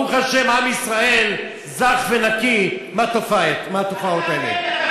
ברוך השם עם ישראל זך ונקי מהתופעות האלה.